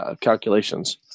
calculations